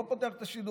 לא פותח את השידורים,